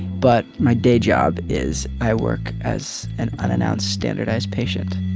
but my day job is i work as an unannounced standardized patient